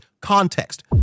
context